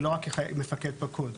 ולא רק כמפקד פקוד.